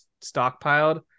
stockpiled